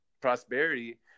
prosperity